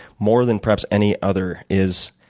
more than perhaps any other is,